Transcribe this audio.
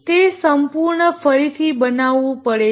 તે સંપૂર્ણ ફરીથી બનાવવું પડે છે